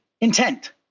intent